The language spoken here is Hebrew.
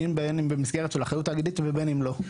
בין אם במסגרת של אחריות תאגידית ובין אם לא.